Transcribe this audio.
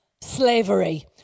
slavery